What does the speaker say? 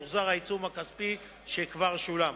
יוחזר העיצום הכספי שכבר שולם.